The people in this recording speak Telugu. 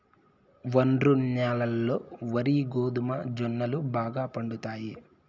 ఒండ్రు న్యాలల్లో వరి, గోధుమ, జొన్నలు బాగా పండుతాయి